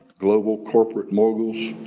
global corporate moguls,